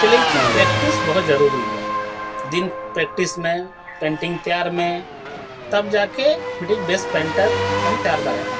ᱪᱮᱫ ᱞᱟᱹᱜᱤᱫ ᱠᱤ ᱯᱨᱮᱠᱴᱤᱥ ᱵᱚᱦᱩᱛ ᱡᱟᱹᱨᱩᱨᱤ ᱜᱮᱭᱟ ᱫᱤᱱ ᱯᱨᱮᱠᱴᱤᱥ ᱢᱮ ᱯᱮᱱᱴᱤᱝ ᱛᱮᱭᱟᱨ ᱢᱮ ᱛᱚᱵᱮ ᱡᱟᱠᱮ ᱢᱤᱫᱴᱤᱡ ᱵᱮᱥ ᱯᱮᱱᱴᱟᱨ ᱮᱢ ᱛᱮᱭᱟᱨ ᱫᱟᱲᱮᱭᱟᱜᱼᱟ